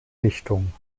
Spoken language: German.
richtung